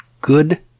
good